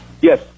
Yes